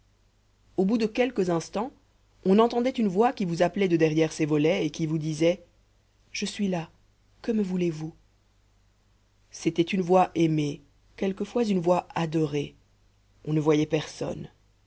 au bout de quelques instants on entendait une voix qui vous appelait de derrière ces volets et qui vous disait je suis là que me voulez-vous c'était une voix aimée quelquefois une voix adorée on ne voyait personne